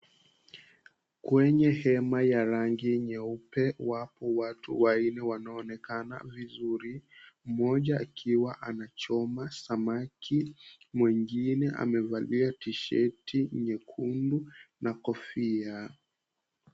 Kwenye hema ya rangi nyeupe wapo watu wawili wanaonekana vizuri. Mmoja akiwa anachoma samaki mwingine amevalia tisheti nyekundu na kofia.